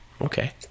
Okay